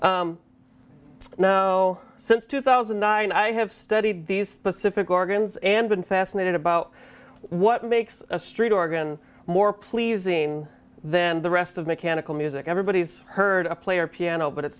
no since two thousand and nine i have studied these specific organs and been fascinated about what makes a street organ more pleasing then the rest of mechanical music everybody's heard a player piano but it